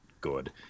good